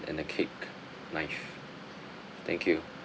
and the cake knife thank you